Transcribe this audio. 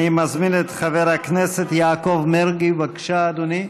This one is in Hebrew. אני מזמין את חבר הכנסת יעקב מרגי, בבקשה, אדוני.